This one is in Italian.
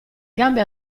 gambe